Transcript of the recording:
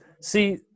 see